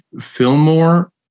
Fillmore